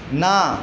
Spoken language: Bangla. না